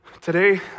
Today